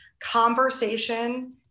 conversation